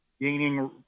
gaining